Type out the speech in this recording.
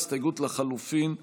ההסתייגות לחלופין הוסרה.